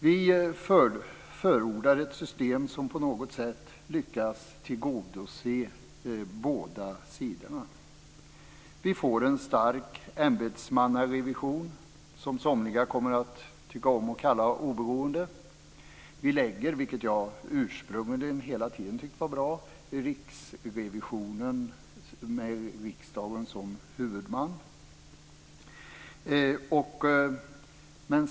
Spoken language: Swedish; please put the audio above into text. Vi förordar ett system som på något sätt lyckas tillgodose båda sidorna. Vi får en stark ämbetsmannarevision, som somliga kommer att tycka om att kalla oberoende. Vi gör, vilket jag hela tiden tyckt var bra, riksdagen till huvudman för riksrevisionen.